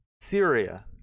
Syria